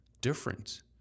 different